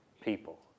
people